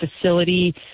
facility